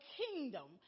kingdom